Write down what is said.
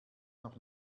noch